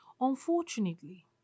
Unfortunately